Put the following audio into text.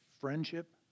Friendship